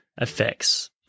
effects